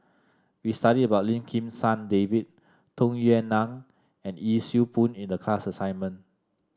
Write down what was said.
we studied about Lim Kim San David Tung Yue Nang and Yee Siew Pun in the class assignment